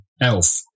elf